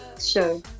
show